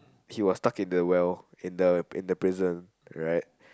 he was stuck in the well in the prison in the prison right